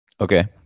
Okay